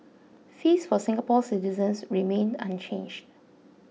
fees for Singapore citizens remain unchanged